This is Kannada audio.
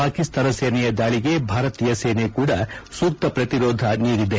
ಪಾಕಿಸ್ತಾನ ಸೇನೆಯ ದಾಳಿಗೆ ಭಾರತೀಯ ಸೇನೆ ಕೂಡ ಸೂಕ್ತ ಪ್ರತಿರೋಧ ನೀಡಿದೆ